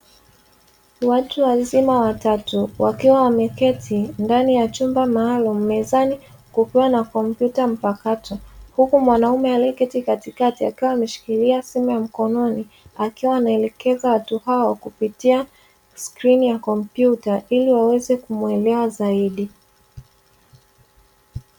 Watu wazima watatu wakiwa wameketi ndani ya chumba maalumu, mezani kukiwa na kompyuta mpakato. Huku mwanaume aliyeketi katikakati akiwa ameshikilia simu ya mkononi, akiwa anawaelekeza watu hao kupitia skrini ya kompyuta, ili waweze kumuelewa zaidi.